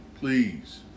Please